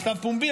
מכתב פומבי,